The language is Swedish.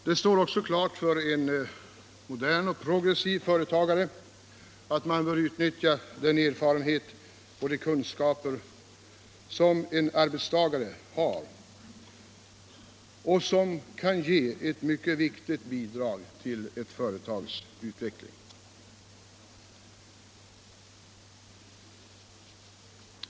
Det står också klart för en modern och progressiv företagare att man bör utnyttja den erfarenhet och de kunskaper som en arbetstagare har och som kan ge ett viktigt bidrag till ett företags utveckling.